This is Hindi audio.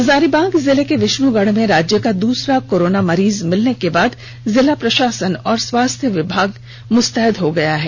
हजारीबाग जिले के विष्णुगढ़ में राज्य का दूसरा कोरोना मरीज मिलने के बाद जिला प्रशासन और स्वास्थ्य विभाग मुस्तैद हो गया है